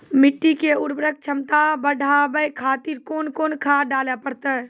मिट्टी के उर्वरक छमता बढबय खातिर कोंन कोंन खाद डाले परतै?